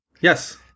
yes